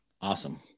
Awesome